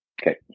Okay